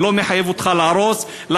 לא מחייב אותך להרוס.